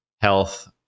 health